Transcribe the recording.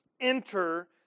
enter